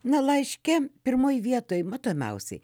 na laiške pirmoj vietoj matomiausiai